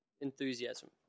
enthusiasm